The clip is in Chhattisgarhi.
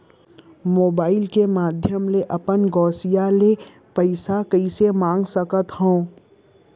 मोबाइल के माधयम ले अपन गोसैय्या ले पइसा कइसे मंगा सकथव?